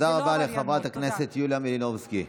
תודה רבה לחברת הכנסת יוליה מלינובסקי.